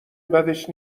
بدش